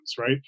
right